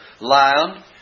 lion